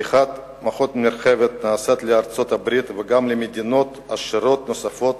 בריחת מוחות נרחבת נעשית לארצות-הברית וגם למדינות עשירות נוספות,